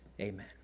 Amen